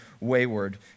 wayward